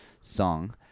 song